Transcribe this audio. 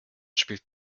spielt